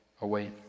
away